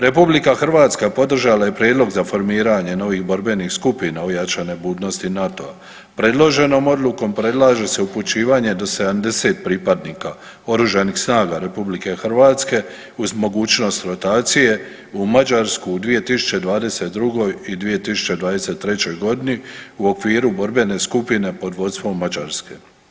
RH podržala je prijedlog za formiranje novih borbenih skupina ojačane budnosti NATO-a, predloženom Odlukom predlaže se upućivanje do 70 pripadnika OSRH-a uz mogućnost rotacije u Mađarsku u 2022. i 2023. g. u okviru borbene skupine pod vodstvom Mađarske.